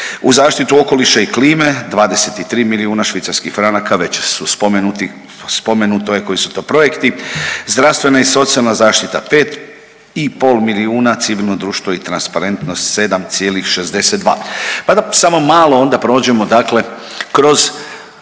U zaštitu okoliša i klime 23 milijuna švicarskih franaka, već su spomenuti, spomenuto je koji su to projekti, zdravstvena i socijalna zaštita 5 i pol milijuna, civilno društvo i transparentnost 7,62, pa da samo malo onda prođemo dakle